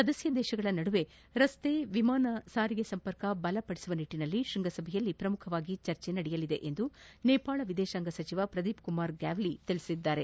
ಸದಸ್ಯ ರಾಷ್ಟಗಳ ನಡುವೆ ರಸ್ತೆ ವಿಮಾನ ಸಾರಿಗೆ ಸಂಪರ್ಕ ಬಲಗೊಳಿಸುವ ನಿಟ್ಟಿನಲ್ಲಿ ಶೃಂಗದಲ್ಲಿ ಚರ್ಚೆ ನಡೆಯಲಿದೆ ಎಂದು ನೇಪಾಳ ವಿದೇಶಾಂಗ ಸಚಿವ ಪ್ರದೀಪ್ ಕುಮಾರ್ ಗ್ಯಾವಲಿ ಹೇಳಿದ್ದಾರೆ